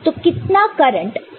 तो कितना current flow हो रहा है